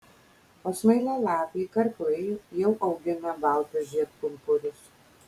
o smailialapiai karklai jau augina baltus žiedpumpurius